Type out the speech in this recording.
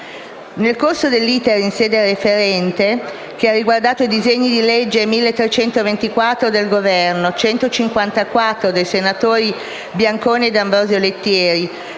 Nel corso dell'*iter* in sede referente - che ha riguardato i disegni di legge nn. 1324 (del Governo), 154 (dei senatori Laura Bianconi e D'Ambrosio Lettieri),